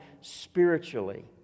spiritually